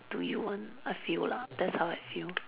to you [one] I feel lah that's how I feel